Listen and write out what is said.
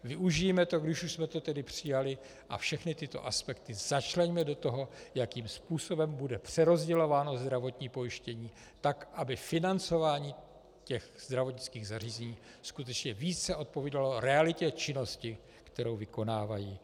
Využijme to, když už jsme to tedy přijali, a všechny tyto aspekty začleňme do toho, jakým způsobem bude přerozdělováno zdravotní pojištění tak, aby financování zdravotnických zařízení skutečně více odpovídalo realitě činnosti, kterou vykonávají.